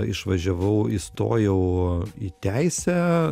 išvažiavau įstojau į teisę